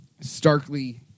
starkly